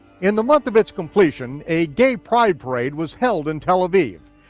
in the month of its completion, a gay pride parade was held in tel aviv,